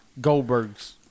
Goldberg's